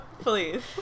please